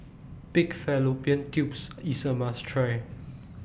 Pig Fallopian Tubes IS A must Try